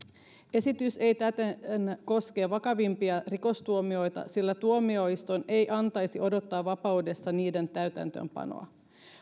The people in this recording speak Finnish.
esitys ei täten koske vakavimpia rikostuomioita sillä tuomioistuin ei antaisi odottaa vapaudessa niiden täytäntöönpanoa